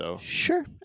Sure